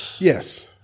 Yes